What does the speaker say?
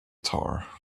tar